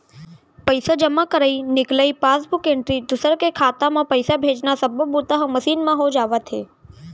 पइसा जमा करई, निकलई, पासबूक एंटरी, दूसर के खाता म पइसा भेजना सब्बो बूता ह मसीन म हो जावत हे